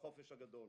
בחופש הגדול.